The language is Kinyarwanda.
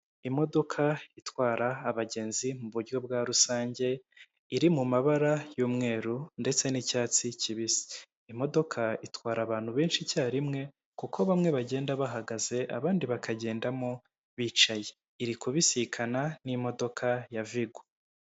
Imodoka itwara abagenzi mu buryo bwa rusange, iri mu mabara y'umweru ndetse n'icyatsi kibisi. Imodoka itwara abantu benshi icyarimwe kuko bamwe bagenda bahagaze abandi bakagendamo bicaye, iri kubisikana n'imodoka ya vigo.